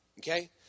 Okay